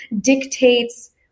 dictates